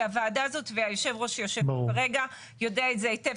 כי הוועדה הזאת ויושב הראש שיושב פה כרגע יודע את זה היטב.